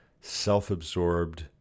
self-absorbed